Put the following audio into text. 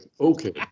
okay